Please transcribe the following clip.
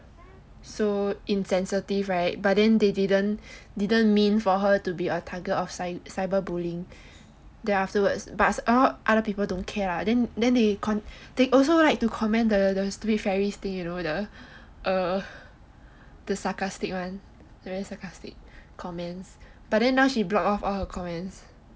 so insensitive right but they didn't mean for her to be a target of cyber bullying then afterwards other people don't care lah then they also like to comment the stupid fairies thing you know the err the sarcastic [one] the sarcastic comments but then now she block off her comments